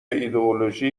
ایدئولوژی